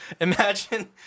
imagine